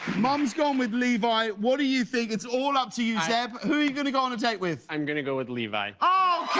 mom's going with levi. what do you think? it's all up to you, zeb. who are you going to go on a date with? i'm going to go with levi. ah